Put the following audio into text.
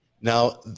Now